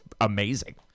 amazing